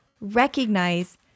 recognize